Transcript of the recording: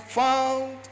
found